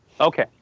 Okay